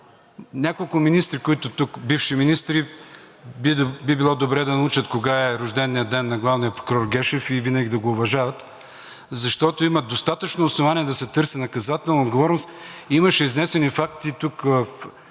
Между другото, няколко бивши министри би било добре да научат кога е рожденият ден на главния прокурор Гешев и винаги да го уважават, защото има достатъчно основания да се търси наказателна отговорност. Имаше изнесени факти тук